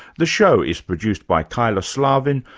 the show is produced by kyla slaven,